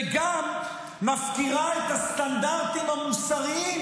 וגם מפקירה את הסטנדרטים המוסריים,